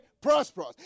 prosperous